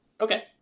Okay